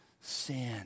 sin